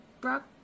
Brock